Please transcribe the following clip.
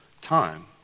time